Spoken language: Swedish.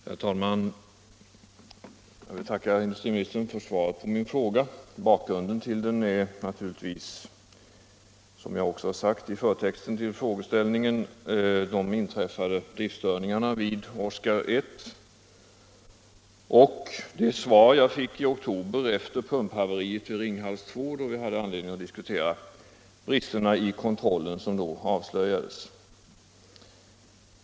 Herr talman! Jag tackar industriministern för svaret på min fråga. Bakgrunden till frågan är naturligtvis, som jag också sagt i förtexten till frågeställningen, de inträffade driftstörningarna vid Oskar I och det svar som jag fick i oktober förra året efter pumphaveriet vid Ringhals II, då vi hade anledning diskutera de brister i kontrollen som den gången avslöjades.